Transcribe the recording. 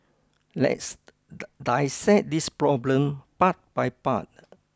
let's dissect this problem part by part